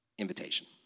invitation